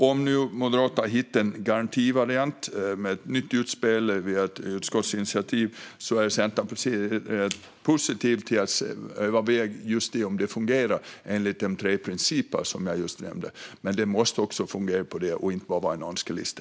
Om nu Moderaterna har hittat en garantivariant med ett nytt utspel via ett utskottsinitiativ är Centerpartiet positivt till att överväga om det fungerar enligt de tre principer som jag just nämnde. Men det måste också fungera; det får inte bara vara en önskelista.